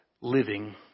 living